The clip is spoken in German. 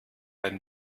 beim